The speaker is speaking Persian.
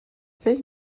فکر